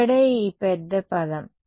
ఇక్కడే ఈ పెద్ద పదం